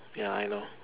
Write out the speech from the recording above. ya I know